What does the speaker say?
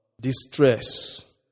distress